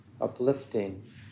uplifting